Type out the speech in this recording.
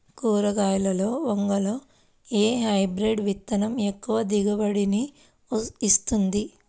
కూరగాయలలో వంగలో ఏ హైబ్రిడ్ విత్తనం ఎక్కువ దిగుబడిని ఇస్తుంది?